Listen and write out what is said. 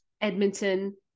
Edmonton